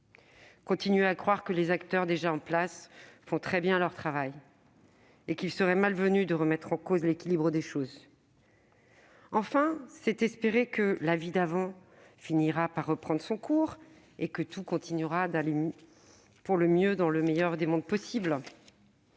continuer à croire que les acteurs déjà en place font très bien leur travail, et qu'il serait malvenu de remettre en question l'équilibre des choses ; espérer enfin que « la vie d'avant » finira par reprendre son cours, et que tout continuera d'aller pour le mieux dans le meilleur des mondes.